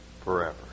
forever